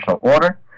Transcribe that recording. Order